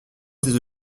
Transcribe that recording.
des